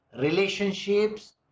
relationships